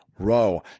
row